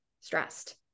stressed